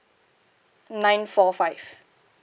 nine four five